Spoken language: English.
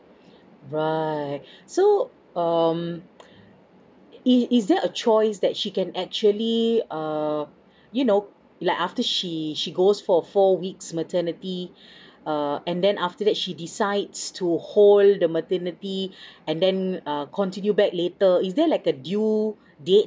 right so um is is there a choice that she can actually err you know like after she she goes for four weeks maternity err and then after that she decides to hold the maternity and then uh continue back later is there like a due date